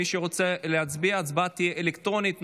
מי שרוצה להצביע, ההצבעה תהיה אלקטרונית.